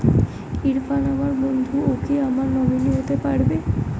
ইরফান আমার বন্ধু ও কি আমার নমিনি হতে পারবে?